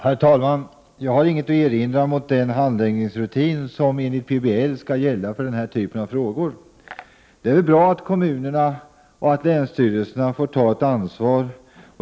Herr talman! Jag har inget att erinra mot den handläggningsrutin som enligt PBL skall gälla för denna typ av frågor. Det är väl bra att kommuner och länsstyrelser får ta ett ansvar.